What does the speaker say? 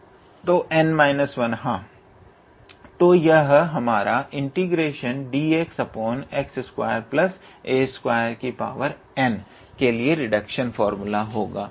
तो n 1 हां तो यह हमारा dxx2a2n के लिए रिडक्शन फार्मूला होगा